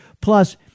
Plus